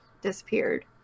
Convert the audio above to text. disappeared